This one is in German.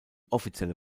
offizielle